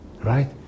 Right